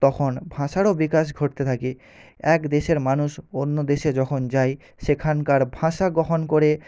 তখন ভাষারও বিকাশ ঘটতে থাকে এক দেশের মানুষ অন্য দেশে যখন যায় সেখানকার ভাষা গ্রহণ করে